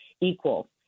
equal